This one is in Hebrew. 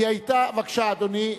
בבקשה, אדוני.